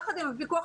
יחד עם הפיקוח,